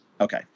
Okay